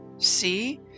See